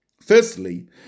Firstly